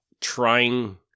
trying